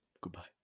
Goodbye